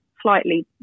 slightly